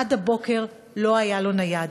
עד הבוקר לא היה לו נייד,